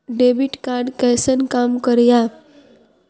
Debit card कैसन काम करेया?